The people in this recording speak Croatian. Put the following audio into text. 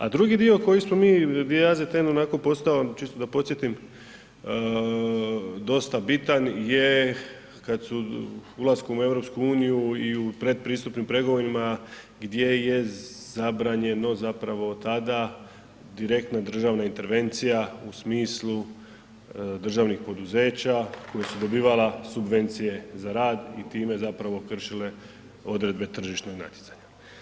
A drugi dio koji smo mi … [[Govornik se ne razumije]] onako postao čisto da podsjetim, dosta bitan je kad su ulaskom u EU i u predpristupnim pregovorima gdje je zabranjeno zapravo od tada direktna državna intervencija u smislu državnih poduzeća koja su dobivala subvencije za rad i time zapravo kršile odredbe tržišnog natjecanja.